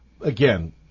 again